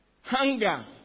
hunger